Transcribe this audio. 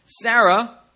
Sarah